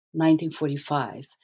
1945